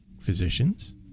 physicians